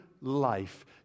life